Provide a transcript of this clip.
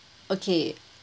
okay